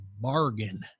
bargain